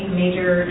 major